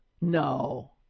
No